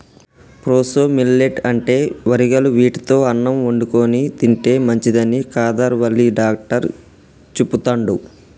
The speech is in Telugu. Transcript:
ప్రోసో మిల్లెట్ అంటే వరిగలు వీటితో అన్నం వండుకొని తింటే మంచిదని కాదర్ వల్లి డాక్టర్ చెపుతండు